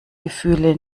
gefühle